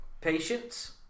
Patience